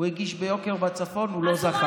הוא הגיש ביוקר בצפון והוא לא זכה.